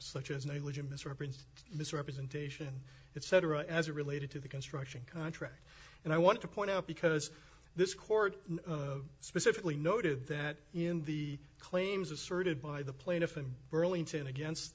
such as negligent mr prince misrepresentation it cetera as it related to the construction contract and i want to point out because this court specifically noted that in the claims asserted by the plaintiff in burlington against